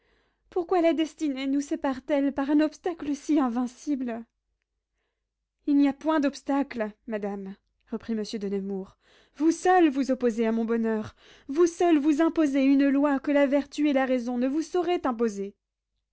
pourquoi la destinée nous sépare t elle par un obstacle si invincible il n'y a point d'obstacle madame reprit monsieur de nemours vous seule vous opposez à mon bonheur vous seule vous imposez une loi que la vertu et la raison ne vous sauraient imposer